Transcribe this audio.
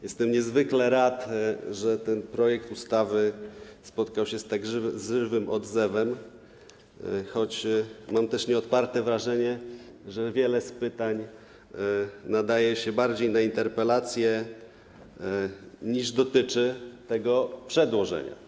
Jestem niezwykle rad, że ten projekt ustawy spotkał się z tak żywym odzewem, choć mam też nieodparte wrażenie, że wiele pytań nadaje się bardziej na interpelację niż dotyczy tego przedłożenia.